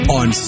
on